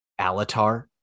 Alatar